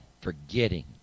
forgetting